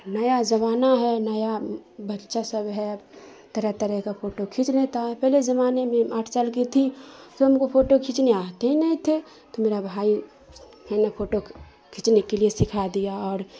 نیا زمانہ ہے نیا بچہ سب ہے طرح طرح کا پھوٹو کھینچ لیتا ہے پہلے زمانے میں آٹھ سال کی تھی تو ہم کو پھوٹو کھینچنی آتے ہی نہیں تھے تو میرا بھائی ہے نا پھوٹو کھینچنے کے لیے سکھا دیا اور